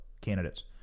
candidates